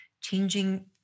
changing